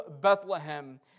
Bethlehem